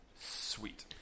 Sweet